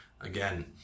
Again